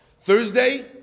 Thursday